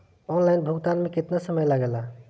Online भुगतान में केतना समय लागेला?